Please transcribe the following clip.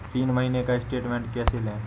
तीन महीने का स्टेटमेंट कैसे लें?